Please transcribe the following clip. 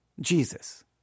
Jesus